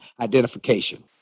identification